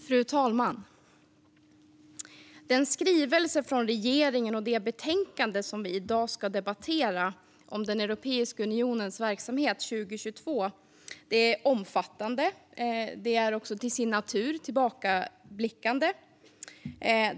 Fru talman! Den skrivelse från regeringen och det betänkande om Europeiska unionens verksamhet 2022 som vi i dag ska debattera är omfattande och till sin natur tillbakablickande.